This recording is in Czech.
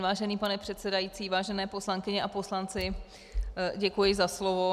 Vážený pane předsedající, vážené poslankyně a poslanci, děkuji za slovo.